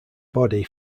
body